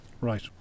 Right